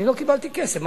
אני לא קיבלתי כסף.